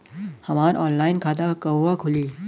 हमार ऑनलाइन खाता कहवा खुली?